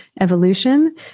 evolution